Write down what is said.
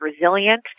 resilient